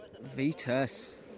Vetus